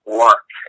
work